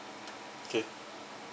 okay